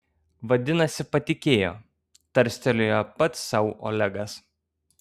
vadinasi patikėjo tarstelėjo pats sau olegas